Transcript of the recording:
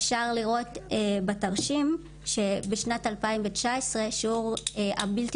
אפשר לראות בתרשים שבשנת 2019 שיעור הבלתי